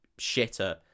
shitter